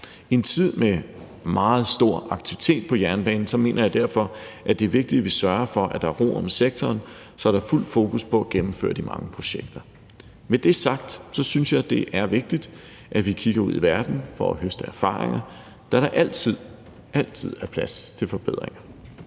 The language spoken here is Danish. I en tid med meget stor aktivitet på jernbanen mener jeg derfor, at det er vigtigt, at vi sørger for, at der er ro om sektoren, så der er fuld fokus på at gennemføre de mange projekter. Med det sagt synes jeg, det er vigtigt, at vi kigger ud i verden for at høste erfaringer, da der altid er plads til forbedringer.